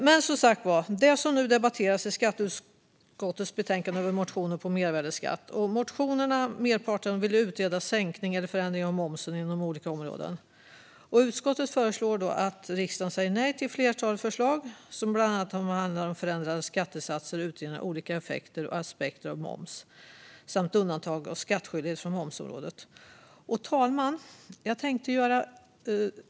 Men, som sagt var, det som nu debatteras är skatteutskottets betänkande och motioner om mervärdesskatt. Enligt merparten av motionerna vill man utreda sänkningar eller förändringar av momsen inom olika områden. Utskottet föreslår att riksdagen säger nej till flertalet förslag som bland annat handlar om förändrade skattesatser, utredningar av olika effekter och aspekter av moms samt undantag från skattskyldighet på momsområdet. Fru talman!